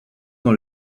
dans